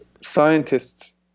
scientists